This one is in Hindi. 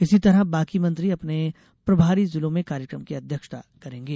इसी तरह बाकी मंत्री अपने प्रभारी जिलों में कार्यक्रम की अध्यक्षता करेंगे